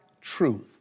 truth